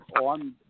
on